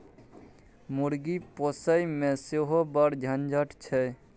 मुर्गी पोसयमे सेहो बड़ झंझट छै